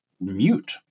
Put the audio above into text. mute